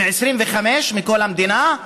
ו-25 בכל המדינה,